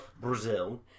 Brazil